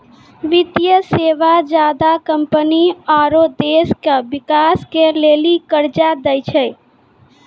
वित्तीय सेवा ज्यादा कम्पनी आरो देश के बिकास के लेली कर्जा दै छै